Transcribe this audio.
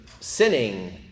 sinning